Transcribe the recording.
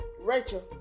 Rachel